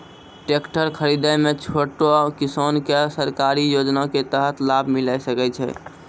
Tractor खरीदै मे छोटो किसान के सरकारी योजना के तहत लाभ मिलै सकै छै?